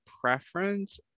preference